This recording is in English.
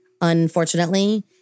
Unfortunately